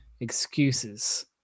excuses